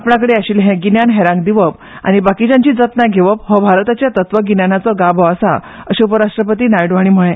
आपणाकडेन आशिऴ्ले गिन्यान हेरांक दिवप आनी बाकीच्यांची जतनाय घेवप हो भारताच्या तत्वगिन्यानाचो गाभो आसा अशें उपराष्ट्रपती नायडू हांणी सांगले